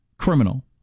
Criminal